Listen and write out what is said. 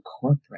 corporate